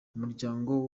umuryango